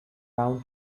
round